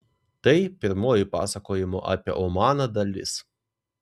tai pirmoji pasakojimo apie omaną dalis